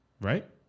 Right